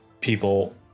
people